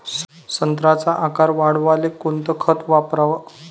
संत्र्याचा आकार वाढवाले कोणतं खत वापराव?